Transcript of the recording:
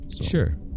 Sure